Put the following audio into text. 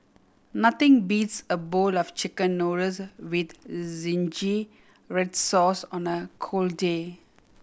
nothing beats a bowl of Chicken Noodles with zingy red sauce on a cold day